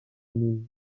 lille